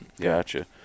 Gotcha